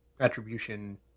attribution